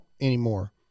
anymore